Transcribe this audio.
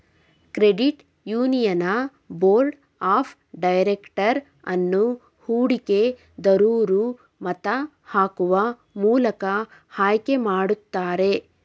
credit union board of director ಅನ್ನು ಹೂಡಿಕೆ ದರೂರು ಮತ ಹಾಕುವ ಮೂಲಕ ಆಯ್ಕೆ ಮಾಡುತ್ತಾರೆ